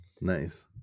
Nice